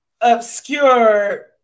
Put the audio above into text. obscure